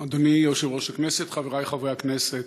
אדוני יושב-ראש הכנסת, חברי חברי הכנסת,